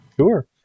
Sure